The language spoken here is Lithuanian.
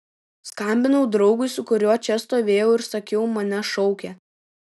skambinau draugui su kuriuo čia stovėjau ir sakiau mane šaukia